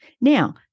Now